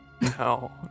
No